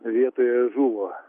vietoje žuvo